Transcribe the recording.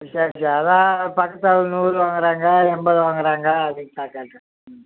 சரி சரி அதுதான் பக்கத்தில் நூறு வாங்குறாங்க எண்பது வாங்குறாங்க அதுக்குதான் கேட்டேன் ம்